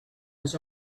was